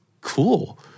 cool